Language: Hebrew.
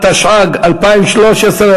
התשע"ג 2013,